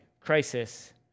crisis